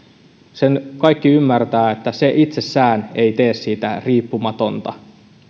sen kaikki ymmärtävät että se itsessään ei tee siitä riippumatonta